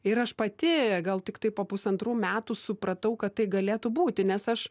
ir aš pati gal tiktai po pusantrų metų supratau kad tai galėtų būti nes aš